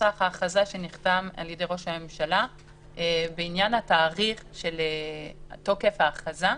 בנוסח ההכרזה שנחתם על ידי ראש הממשלה בעניין התאריך של תוקף ההכרזה.